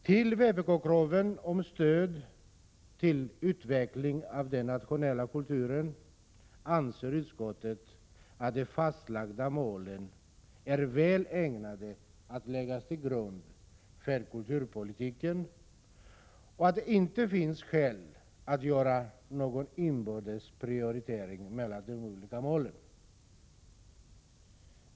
Till vpk-kraven på stöd till utveckling av den nationella kulturen säger utskottet att de fastlagda målen enligt utskottets mening är väl ägnade att läggas till grund för kulturpolitiken och att det inte finns skäl att göra någon inbördes prioritering mellan de olika målen.